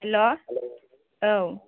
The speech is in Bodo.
हेल' औ